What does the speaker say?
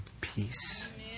peace